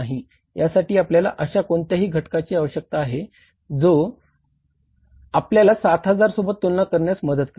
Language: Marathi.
यासाठी आपल्याला अशा कोणत्यातरी घटकाची आवश्यकता आहे जो आपल्याला 7000 सोबत तुलना करण्यास मदत करेल